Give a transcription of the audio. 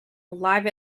live